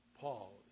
Paul